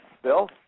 Bill